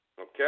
Okay